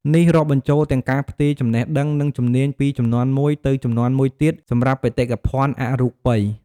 នេះរាប់បញ្ចូលទាំងការផ្ទេរចំណេះដឹង និងជំនាញពីជំនាន់មួយទៅជំនាន់មួយទៀតសម្រាប់បេតិកភណ្ឌអរូបី។